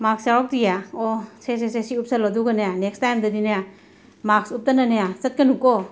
ꯃꯥꯛꯁ ꯌꯥꯎꯔꯛꯇꯤꯌꯦ ꯑꯣ ꯁꯦ ꯁꯦ ꯁꯦ ꯑꯁꯤ ꯎꯞꯁꯤꯜꯂꯣ ꯑꯗꯨꯒꯅꯦ ꯅꯦꯛꯁ ꯇꯥꯏꯝꯗꯗꯤꯅꯦ ꯃꯥꯛꯁ ꯎꯞꯇꯅꯅꯦ ꯆꯠꯀꯅꯨꯀꯣ